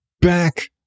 back